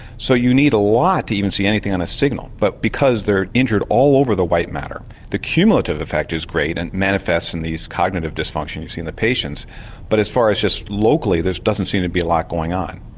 so you need a lot to even see anything on a signal but because they're injured all over the white matter the cumulative effect is great and it manifests in these cognitive dysfunctions you see in the patients but as far as just locally there doesn't seem to be a lot going on.